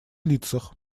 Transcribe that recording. лицах